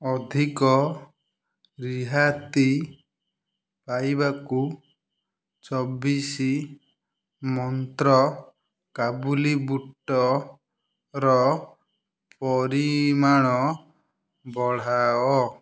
ଅଧିକ ରିହାତି ପାଇବାକୁ ଚବିଶି ମନ୍ତ୍ର କାବୁଲି ବୁଟର ପରିମାଣ ବଢ଼ାଅ